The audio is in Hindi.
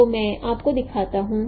तो मैं आपको दिखाता हूं